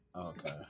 okay